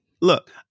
look